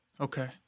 Okay